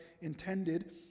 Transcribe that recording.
intended